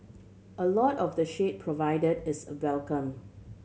a lot of the shade provided is a welcome